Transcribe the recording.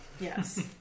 Yes